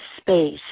space